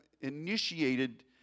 initiated